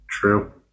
True